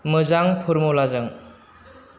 मोजां फरमुलाजों